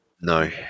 No